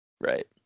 right